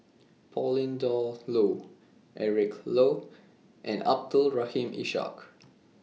Pauline Dawn Loh Eric Low and Abdul Rahim Ishak